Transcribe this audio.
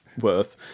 worth